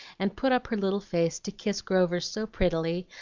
and put up her little face to kiss grover so prettily,